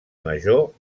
major